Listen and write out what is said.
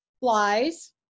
Flies